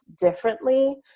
differently